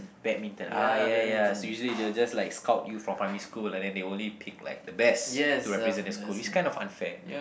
badminton ah ya ya so usually they will just like scout you from primary school and then they only pick like the best to represent the school is kind of unfair